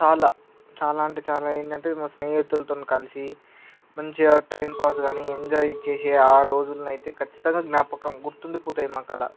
చాలా చాలా అంటే చాలా ఏంటంటే మా స్నేహితులతో కలిసి మంచిగా టైంపాస్ కానీ ఎంజాయ్ చేసే ఆ రోజులు అయితే ఖచ్చితంగా జ్ఞాపకం గుర్తుండిపోతాయి మాకు అలా